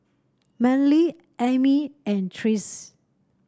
Manley Ami and Trace